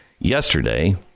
yesterday